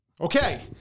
Okay